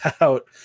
out